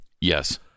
Yes